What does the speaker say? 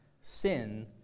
Sin